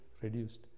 reduced